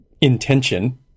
intention